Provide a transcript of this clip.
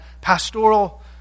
pastoral